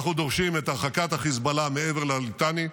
אנחנו דורשים את הרחקת חיזבאללה מעבר לליטאני,